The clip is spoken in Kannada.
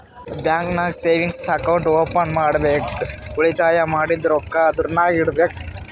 ಬ್ಯಾಂಕ್ ನಾಗ್ ಸೇವಿಂಗ್ಸ್ ಅಕೌಂಟ್ ಓಪನ್ ಮಾಡ್ಬೇಕ ಉಳಿತಾಯ ಮಾಡಿದ್ದು ರೊಕ್ಕಾ ಅದುರ್ನಾಗ್ ಇಡಬೇಕ್